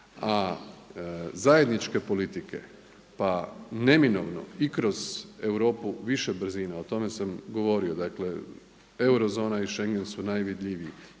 A zajedničke politike, pa neminovno i kroz Europu više brzina, o tome sam govorio, dakle eurozona i Schengen su najvidljiviji,